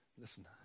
listen